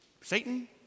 Satan